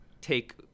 take